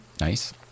Nice